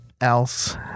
else